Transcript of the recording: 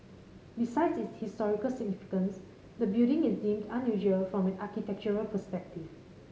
besides its historical significance the building is deemed unusual from an architectural perspective